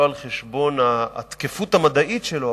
לא על-חשבון התקפות המדעית שלו,